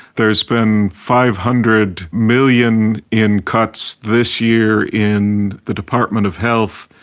there's been five hundred million in cuts this year in the department of health,